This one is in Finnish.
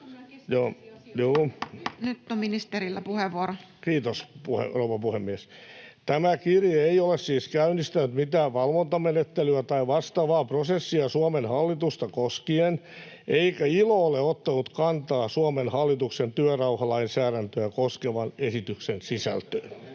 — Puhemies koputtaa] Kiitos, rouva puhemies! — Tämä kirje ei ole siis käynnistänyt mitään valvontamenettelyä tai vastaavaa prosessia Suomen hallitusta koskien, eikä ILO ole ottanut kantaa Suomen hallituksen työrauhalainsäädäntöä koskevan esityksen sisältöön. [Antti